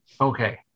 Okay